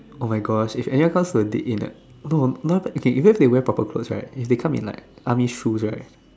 [oh]-my-gosh if anyone comes to a date in a no no okay even if they wear proper clothes right if they come in like army shoes right